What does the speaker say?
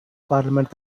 parliament